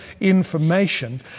information